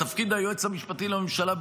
תפקיד היועץ המשפטי לממשלה,